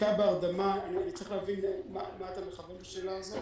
בדיקה בהרדמה אני צריך להבין למה אתה מכוון בשאלה הזאת.